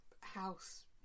house